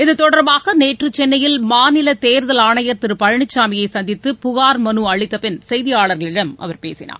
இத்தொடர்பாக நேற்று சென்னையில் மாநில தேர்தல் ஆணையர் திரு பழனிசாமியை சந்தித்து புகார் மனு அளித்த பின் செய்தியாளர்களிடம் அவர் பேசினார்